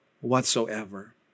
whatsoever